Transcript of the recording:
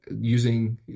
using